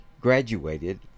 graduated